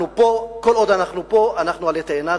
אנחנו פה, וכל עוד אנחנו פה אנחנו עלי תאנה.